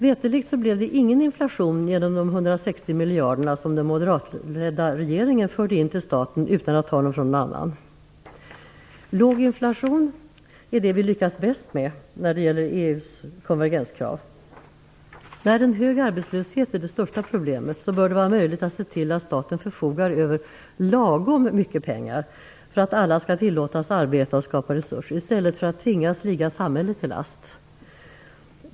Veterligt blev det ingen inflation genom de 160 miljarder som den moderatledda regeringen förde in till staten utan att ta dem från någon annan. Låg inflation är det vi lyckats bäst med när det gäller EU:s konvergenskrav. När en hög arbetslöshet är det största problemet bör det vara möjligt att se till att staten förfogar över lagom mycket pengar för att alla skall tillåtas arbeta och skapa resurser i stället för att tvingas ligga samhället till last.